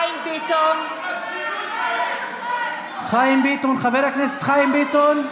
ביטון, חיים ביטון, חבר הכנסת חיים ביטון.